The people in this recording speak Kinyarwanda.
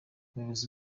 umuyobozi